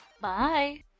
Bye